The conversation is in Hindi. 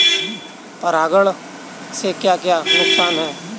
परागण से क्या क्या नुकसान हैं?